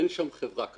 אין שם חברה כזאת.